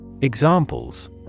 Examples